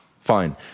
fine